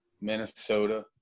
Minnesota